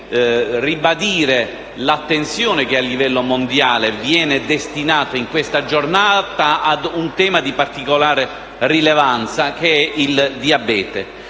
ribadire l'attenzione che a livello mondiale viene destinata in questa Giornata a un tema di particolare rilevanza, quale il diabete.